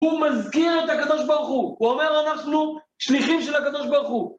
הוא מזכיר את הקב"ה. הוא אומר, אנחנו שליחים של הקב"ה.